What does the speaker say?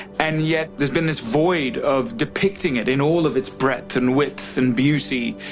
and yet there's been this void of depicting it in all of its breadth and width and beauty.